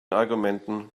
argumenten